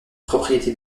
propriété